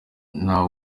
nta